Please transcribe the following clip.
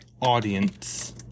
audience